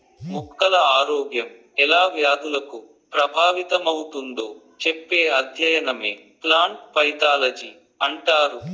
మొక్కల ఆరోగ్యం ఎలా వ్యాధులకు ప్రభావితమవుతుందో చెప్పే అధ్యయనమే ప్లాంట్ పైతాలజీ అంటారు